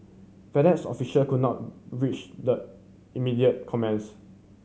FedEx official could not reach the immediate comments